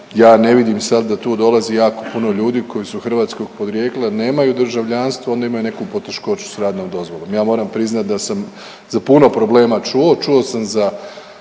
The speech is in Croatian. ja ne vidim sad da tu dolazi jako puno ljudi koji su hrvatskog porijekla, nemaju državljanstvo, onda imaju neku poteškoću sa radnom dozvolom. Ja moram priznati da sam za puno problema čuo. Čuo sam za